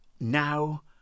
now